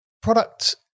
product